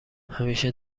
همیشه